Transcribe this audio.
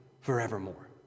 forevermore